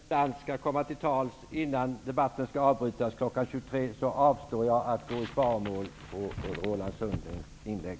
Fru talman! För att Kenneth Lantz skall komma till tals innan debatten skall avbrytas kl. 23 avstår jag från att gå i svaromål på Roland Sundgrens inlägg.